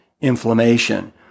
inflammation